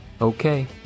Okay